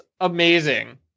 amazing